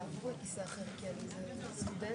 זה חשוב להיאמר כי זה בהקשר לוועדת המשנה,